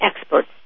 experts